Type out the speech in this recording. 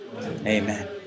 Amen